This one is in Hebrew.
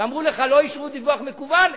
ואמרו לך שלא אישרו דיווח מקוון,